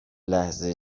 لحظه